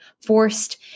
forced